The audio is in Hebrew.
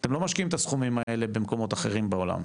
אתם לא משקיעים את הסכומים האלה במקומות אחרים בעולם.